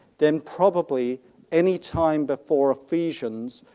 then probably anytime before ephesians,